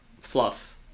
fluff